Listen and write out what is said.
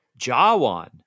Jawan